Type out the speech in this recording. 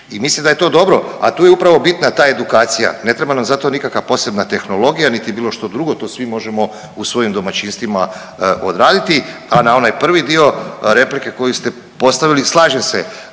i mislim da je to dobro, a tu je upravo bitna ta edukacija, ne treba nam za to nikakva posebna tehnologija, niti bilo što drugo, to svi možemo u svojim domaćinstvima odraditi. A na onaj prvi dio replike koju ste postavili, slažem se